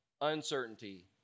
uncertainty